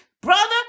brother